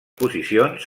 posicions